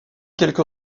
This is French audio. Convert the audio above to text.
quelque